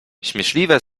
śmieszliwe